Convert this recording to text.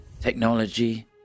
technology